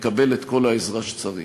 יקבל את כל העזרה שצריך,